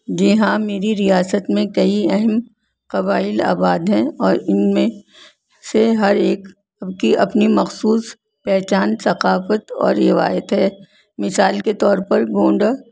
جی ہاں میری ریاست میں کئی اہم قبائل آباد ہیں اور ان میں سے ہر ایک اب کی اپنی مخصوص پہچان ثقافت اور روایت ہے مثال کے طور پر گونڈہ